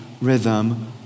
rhythm